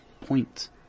point